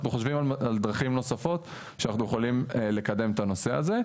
ואנחנו חושבים על דרכים נוספות שאנחנו יכולים לקדם את הנושא הזה.